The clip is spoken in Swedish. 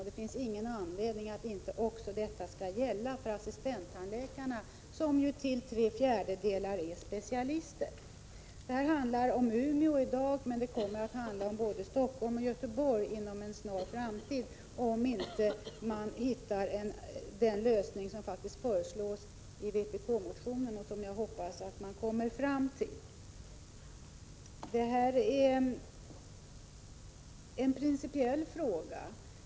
Det finns ingen anledning att det inte också skall gälla för assistenttandläkarna, som ju till tre fjärdedelar är specialister. I dag handlar det bara om Umeå, men också Stockholm och Göteborg kommer att beröras inom en snar framtid om man inte kommer fram till den lösning som föreslås i vpk-motionen. Jag hoppas att man kommer fram till den lösningen. Detta är en principiell fråga.